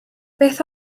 beth